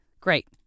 great